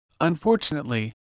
Unfortunately